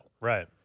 right